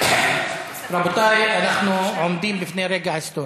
אני, רבותי, אנחנו עומדים לפני רגע היסטורי.